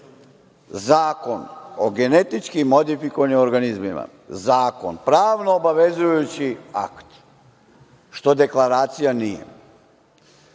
Zakon o genetički modifikovanim organizmima. Zakon - pravno obavezujući akt, što deklaracija